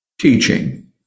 teaching